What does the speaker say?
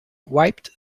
wiped